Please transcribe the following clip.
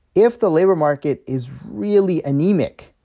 if the labor market is really anemic,